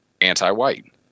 anti-white